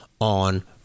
on